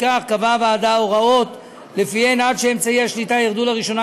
לפיכך קבעה הוועדה הוראות שלפיהן עד שאמצעי השליטה ירדו לראשונה